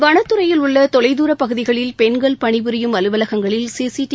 வனத்துறையில் உள்ள தொலைதூரப் பகுதிகளில் பெண்கள் பணி புரியும் அலுவலகங்களில் சி சி டி